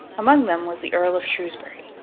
among them was the earl of shrewsbury,